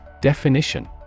Definition